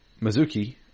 Mizuki